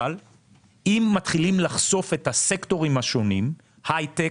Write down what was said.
אבל אם מתחילים לחשוף את הסקטורים השונים: הייטק,